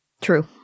True